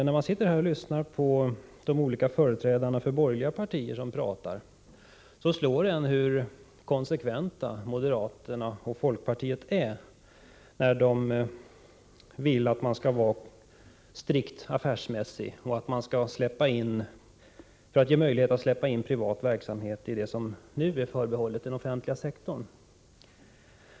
När man lyssnar till de olika företrädarna för de borgerliga partierna här slår det en hur konsekventa moderaternas och folkpartiets företrädare är när de vill att man skall vara strikt affärsmässig för att ge möjlighet att släppa in privat verksamhet i det som nu är förbehållet den offentliga sektorn.